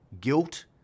guilt